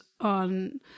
on